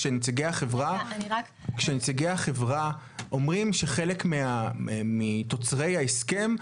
כשנציגי החברה אומרים שחלק מתוצרי ההסכם,